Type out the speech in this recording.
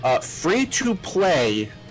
Free-to-play